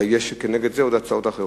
יש כנגד זה עוד הצעות אחרות.